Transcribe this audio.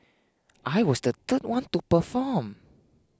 I was the third one to perform